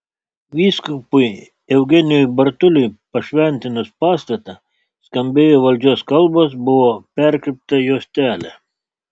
vyskupui eugenijui bartuliui pašventinus pastatą skambėjo valdžios kalbos buvo perkirpta juostelė